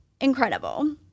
incredible